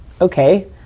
okay